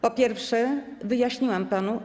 Po pierwsze, wyjaśniłam to panu.